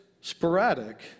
sporadic